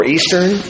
Eastern